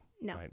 No